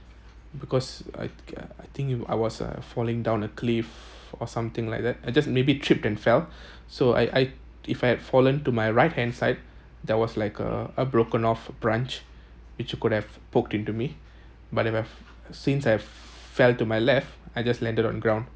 because I I think if I was uh falling down a cliff or something like that I just maybe tripped and fell so I I if I had fallen to my right hand side there was like a a broken off branch which it could have poked into me but if have since I've fell to my left I just landed on ground